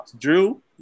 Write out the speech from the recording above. Drew